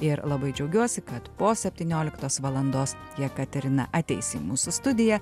ir labai džiaugiuosi kad po septynioliktos valandos jekaterina ateis į mūsų studiją